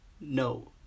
No